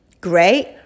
Great